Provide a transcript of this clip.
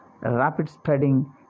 rapid-spreading